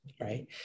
Right